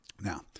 Now